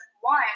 one